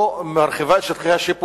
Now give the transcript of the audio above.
לא מרחיבה את שטחי השיפוט.